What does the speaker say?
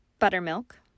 Buttermilk